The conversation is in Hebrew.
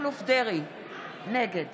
נגד